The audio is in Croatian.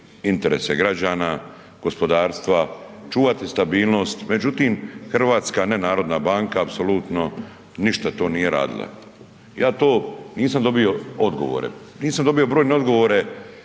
interese građana, gospodarstva, čuvati stabilnost. Međutim, hrvatska ne narodna banka apsolutno ništa to nije radila. Ja to nisam dobio odgovore. Nisam dobio brojne odgovore